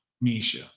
Misha